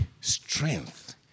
strength